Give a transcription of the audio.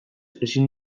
ezin